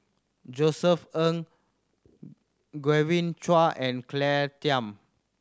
Josef Ng Genevieve Chua and Claire Tham